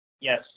yes